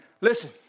listen